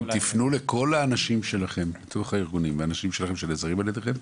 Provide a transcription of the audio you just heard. תפנו לכל האנשים שלכם בתוך הארגונים והאנשים שלכם שנעזרים על ידיכם,